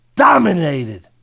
dominated